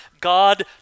God